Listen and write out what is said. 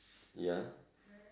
ya